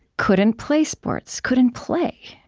couldn't play sports couldn't play.